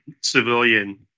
civilian